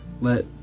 Let